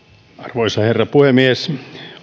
arvoisa herra puhemies olemme